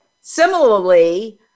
similarly